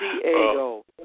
Diego